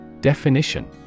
Definition